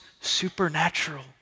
supernatural